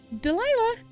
Delilah